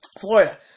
Florida